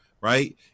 right